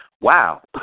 wow